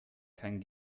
kein